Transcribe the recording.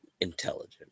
intelligent